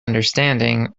understanding